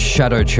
Shadow